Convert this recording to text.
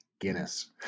Guinness